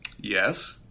Yes